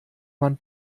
man